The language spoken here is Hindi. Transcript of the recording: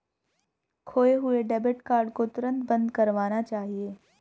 खोये हुए डेबिट कार्ड को तुरंत बंद करवाना चाहिए